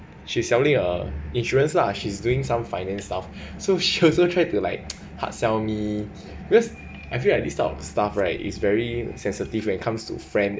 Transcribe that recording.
she selling uh insurance lah she's doing some finance stuff so she also tried to like hard sell me because I feel like this type of stuff right is very sensitive when it comes to friend